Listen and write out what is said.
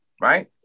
right